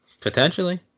Potentially